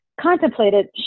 contemplated